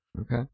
Okay